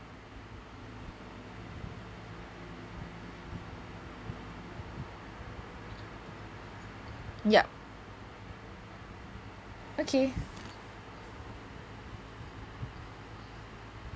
yup okay